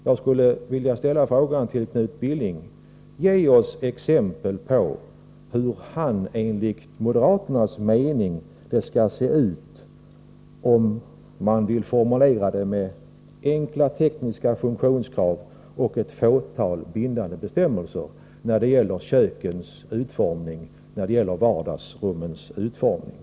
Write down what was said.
Jag skulle vilja rikta följande uppmaning till Knut Billing: Ge ett exempel på hur detta enligt moderaternas mening skall formuleras, om det nu skall vara enkla tekniska funktionskrav och ett fåtal bindande bestämmelser när det gäller kökens och vardagsrummens utformning!